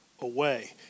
away